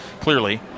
clearly